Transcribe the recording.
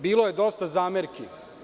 Bilo je dosta zamerki.